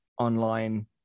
online